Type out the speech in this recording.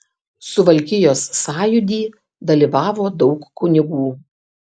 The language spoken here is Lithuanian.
suvalkijos sąjūdy dalyvavo daug kunigų